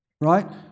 Right